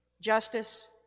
justice